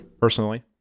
personally